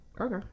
okay